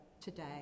today